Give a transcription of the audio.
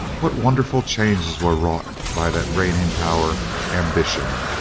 what wonderful changes are wrought by that reigning power, ambition!